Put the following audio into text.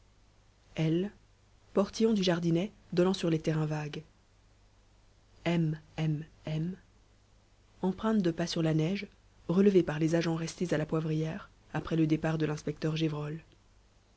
l portillon du jardinet donnant sur les terrains vagues m m m empreintes de pas sur la neige relevées par les agents restés à la poivrière après le départ de l'inspecteur